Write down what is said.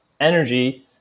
energy